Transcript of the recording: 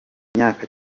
imyaka